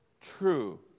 true